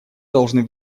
должны